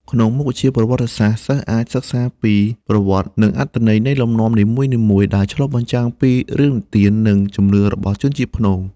ក្នុងមុខវិជ្ជាប្រវត្តិសាស្ត្រ សិស្សអាចសិក្សាពីប្រវត្តិនិងអត្ថន័យនៃលំនាំនីមួយៗ ដែលឆ្លុះបញ្ចាំងពីរឿងនិទាននិងជំនឿរបស់ជនជាតិព្នង។